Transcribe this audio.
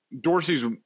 Dorsey's